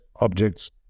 objects